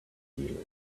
feelings